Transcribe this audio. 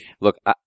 Look